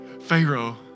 Pharaoh